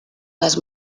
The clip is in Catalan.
les